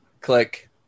click